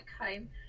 home